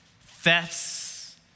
thefts